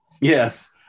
Yes